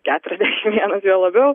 keturiasdešim vienas juo labiau